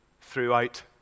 throughout